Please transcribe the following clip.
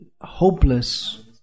hopeless